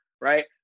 Right